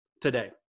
today